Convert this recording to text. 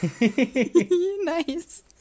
Nice